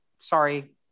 sorry